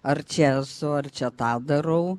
ar čia esu ar čia tą darau